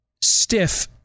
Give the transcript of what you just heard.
stiff